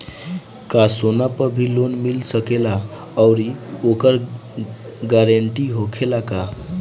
का सोना पर भी लोन मिल सकेला आउरी ओकर गारेंटी होखेला का?